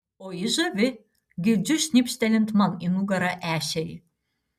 o ji žavi girdžiu šnipštelint man į nugarą ešerį